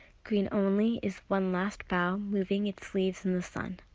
green only is one last bough, moving its leaves in the sun.